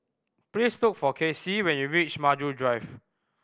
please look for Kacy when you reach Maju Drive